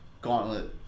gauntlet